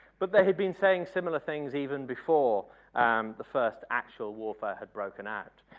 but they had been saying similar things even before the first actual warfare had broken out.